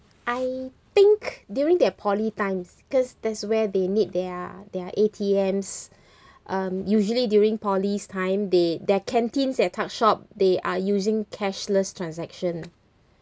I think during their poly times because that's where they need their their A_T_Ms um usually during poly's time they their canteens their tuck shop they are using cashless transaction